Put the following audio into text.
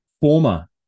former